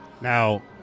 Now